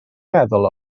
meddwl